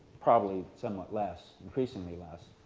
probably somewhat less, increasingly less.